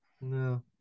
No